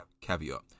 caveat